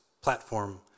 platform